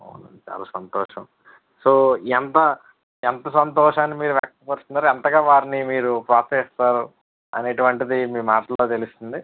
చాలా సంతోషం సో ఎంత ఎంత సంతోషాన్ని మీరు వ్యక్తపరుస్తున్నారు అంతగా వారిని మీరు ప్రోత్సహిస్తారు అనేటువంటిది మీ మాటలల్లో తెలుస్తుంది